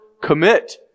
commit